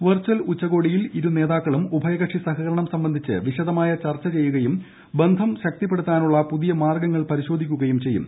virtual ഉച്ചകോടിയിൽ ഇരുനേതാക്കളും ഉഭയക്ക്ഷ് സഹകരണം സംബന്ധിച്ച് വിശദമായി ചർച്ച ചെയ്യുകയും ബന്ധം ശക്തിപ്പെടുത്തുന്നതിനുള്ള പുതിയ മാർഗ്ഗങ്ങൾ പരിശോധിക്കുകയും ചെയ്യും